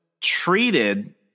treated